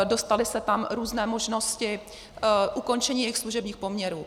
Dostaly se tam různé možnosti ukončení jejich služebních poměrů.